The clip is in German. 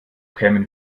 kämen